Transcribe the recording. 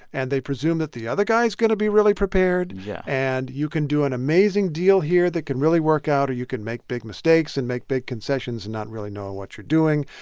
and they presume that the other guy's going to be really prepared yeah and you can do an amazing deal here that can really work out, or you can make big mistakes and make big concessions and not really know what you're doing.